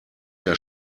der